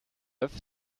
œufs